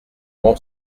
bon